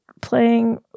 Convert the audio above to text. playing